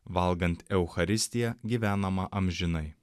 valgant eucharistiją gyvenama amžinai